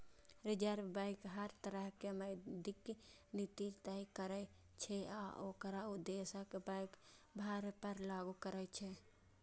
reserve bank हर तरहक मौद्रिक नीति तय करै छै आ ओकरा देशक बैंक सभ पर लागू करै छै